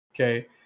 Okay